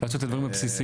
לעשות את הדברים הבסיסיים.